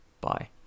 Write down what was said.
Bye